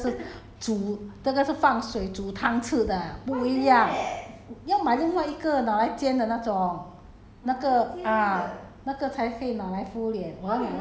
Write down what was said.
你买没有你买的那个 hor 是滑滑是水豆腐那个是煮那个是放水煮汤吃的不一样要买另外一个拿来煎的那种